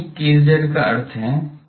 काल्पनिक kz का क्या अर्थ है